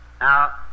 Now